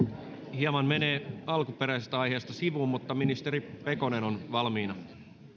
hieman menee alkuperäisestä aiheesta sivuun mutta ministeri pekonen on valmiina